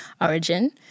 origin